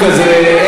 סליחה, סליחה,